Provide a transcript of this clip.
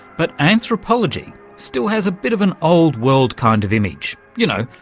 but anthropology still has a bit of an old-world kind of image. you know,